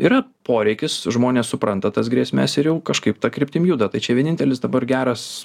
yra poreikis žmonės supranta tas grėsmes ir kažkaip ta kryptim juda tai čia vienintelis dabar geras